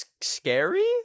scary